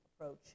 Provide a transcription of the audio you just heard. approach